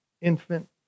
infant